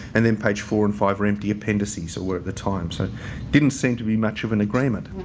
and then page four and five are empty appendices or were at the time. so, it didn't seem to be much of an agreement.